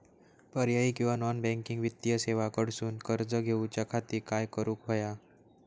पर्यायी किंवा non banking वित्तीय सेवा कडसून कर्ज घेऊच्या खाती काय करुक होया?